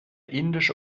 indische